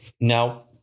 Now